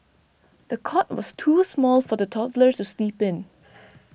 the cot was too small for the toddler to sleep in